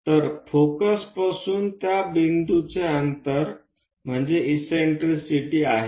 तरफोकसपासून त्या बिंदूचे अंतर म्हणजे इससेन्ट्रिसिटी आहे